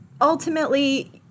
ultimately